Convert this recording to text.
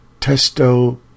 Testo